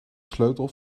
sleutel